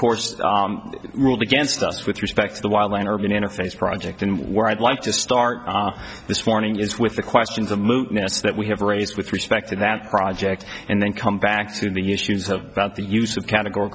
course ruled against us with respect to the wild land urban interface project and where i'd like to start this morning is with the questions of movements that we have raised with respect to that project and then come back to the issues of about the use of categor